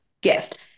gift